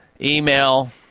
email